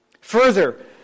Further